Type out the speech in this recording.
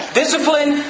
discipline